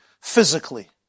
physically